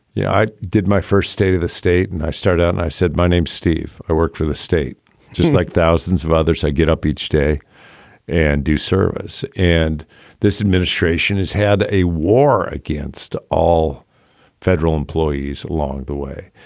yeah i did my first state of the state and i start out and i said my name's steve. i worked for the state just like thousands of others i get up each day and do service. and this administration has had a war against all federal employees along the way.